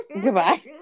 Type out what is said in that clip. goodbye